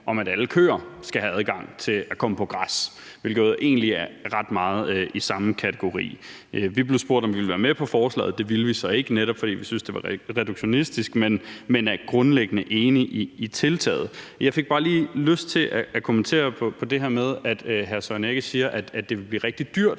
om, at alle køer skal have adgang til at komme på græs, hvilket egentlig er ret meget i samme kategori. Vi blev spurgt, om vi ville være med på forslaget. Det ville vi så ikke, netop fordi vi syntes, det var reduktionistisk. Men vi er grundlæggende enige i tiltaget. Jeg fik bare lige lyst til at kommentere på det her med, at hr. Søren Egge Rasmussen siger, at det ville blive rigtig dyrt.